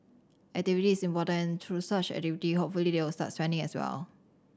activity is important and through such activity hopefully they will start spending as well